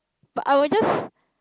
but I will just